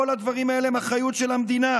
כל הדברים האלה הם אחריות של המדינה,